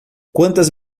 quantas